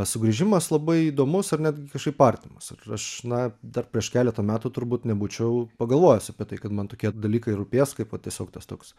sugrįžimas labai įdomus ir netgi kažkaip artimas ir aš na dar prieš keletą metų turbūt nebūčiau pagalvojęs apie tai kad man tokie dalykai rūpės kaip va tiesiog tas toks